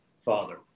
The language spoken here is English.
Father